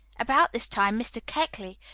about this time mr. keckley,